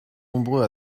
nombreux